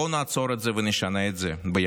בואו נעצור את זה ונשנה את זה ביחד,